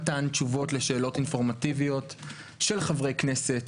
אני מתכבדת לפתוח את ישיבת הוועדה לפיקוח על הקרן לאזרחי ישראל.